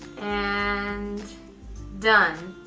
and done.